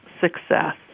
success